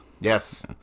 Yes